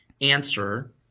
answer